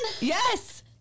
yes